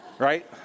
Right